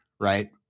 right